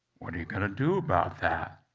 what are you going to do about that?